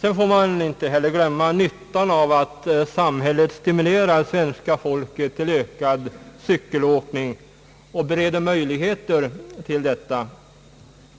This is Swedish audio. Sedan får man inte heller glömma nyttan av att samhället stimulerar svenska folket till ökad cykelåkning och bereder möjligheter till detta